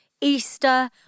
Easter